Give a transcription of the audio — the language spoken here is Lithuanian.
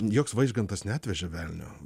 joks vaižgantas neatvežė velnio